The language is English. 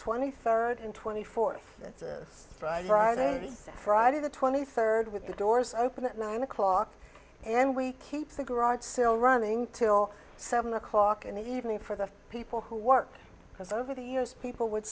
twenty third and twenty fourth that's a friday friday the twenty third with the doors open at nine o'clock and we keep the garage sale running till seven o'clock in the evening for the people who work because over the years people would